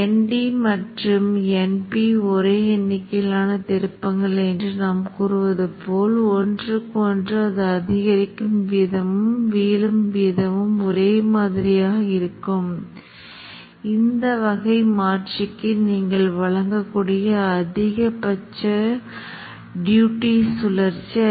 நான் டெர்மினலுக்கு செல்கிறேன் டெர்மினலுக்கு உள்ளே நான் directoryக்கு செல்கிறேன் சரி நாம் கோப்பகத்தில் இருக்கிறோம் நாம் நிகர பட்டியலை உருவாக்குவோம் மேலும் நிகர பட்டியலை உருவாக்கிய பிறகு ngSpice ஐ அழைப்போம்